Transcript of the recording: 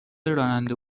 راننده